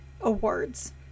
awards